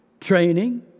training